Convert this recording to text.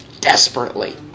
desperately